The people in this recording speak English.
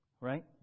right